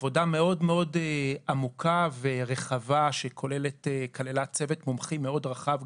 עבודה מאוד עמוקה ורחבה שכללה צוות מומחים מאוד רחב,